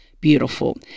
Beautiful